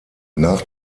nach